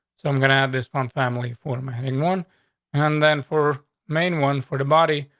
so i'm gonna have this fun family for my hang one and then for main one for the body.